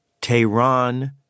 Tehran